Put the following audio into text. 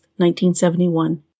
1971